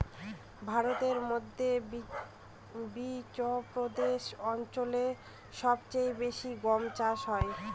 ভারতের মধ্যে বিচপ্রদেশ অঞ্চলে সব চেয়ে বেশি গম চাষ হয়